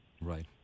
Right